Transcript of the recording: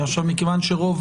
מכיוון שרוב